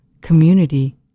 community